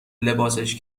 لباسش